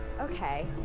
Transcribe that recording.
Okay